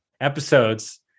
episodes